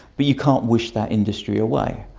but you can't wish that industry away,